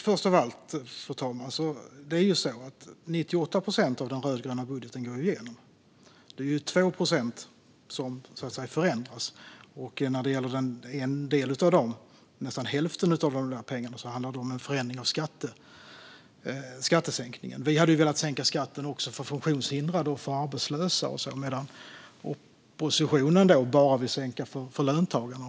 Fru talman! Det är 98 procent av den rödgröna budgeten som går igenom. Det är alltså 2 procent som förändras, och hälften av de pengarna handlar om en förändring av skattesänkningen. Vi ville sänka skatten också för funktionshindrade och arbetslösa medan oppositionen bara vill sänka skatten för löntagare.